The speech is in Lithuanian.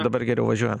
dabar geriau važiuojam